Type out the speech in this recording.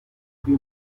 هاپوی